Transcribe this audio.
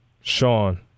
Sean